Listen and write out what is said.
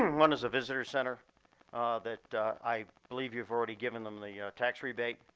one is a visitor center that i believe you've already given them the tax rebate.